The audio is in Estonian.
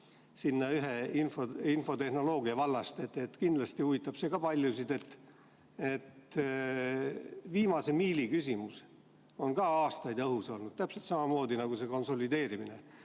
veel ühe infotehnoloogia valdkonna küsimuse. Kindlasti huvitab see ka paljusid. Viimase miili küsimus on aastaid õhus olnud, täpselt samamoodi nagu see konsolideerimine.